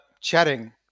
chatting